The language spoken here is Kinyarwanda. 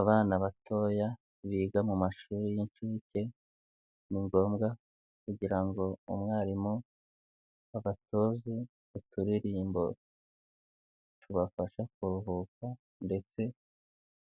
Abana batoya biga mu mashuri y'inshuke ni ngombwa kugira ngo umwarimu abatoze uturirimbo tubafasha kuruhuka ndetse